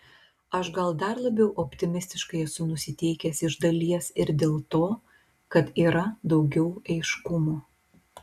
aš gal dar labiau optimistiškai esu nusiteikęs iš dalies ir dėl to kad yra daugiau aiškumo